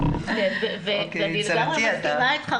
אני לגמרי מסכימה אתך,